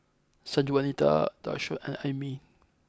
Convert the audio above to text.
Sanjuanita Dashawn and Aimee